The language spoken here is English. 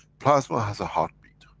plasma has a heartbeat,